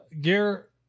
gear